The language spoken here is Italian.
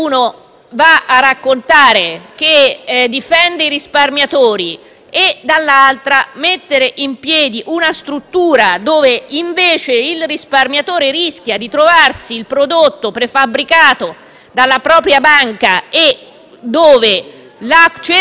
difendono i risparmiatori e, dall'altra, si mette in piedi un sistema in cui invece il risparmiatore rischia di trovarsi il prodotto prefabbricato dalla propria banca, con la certificazione delle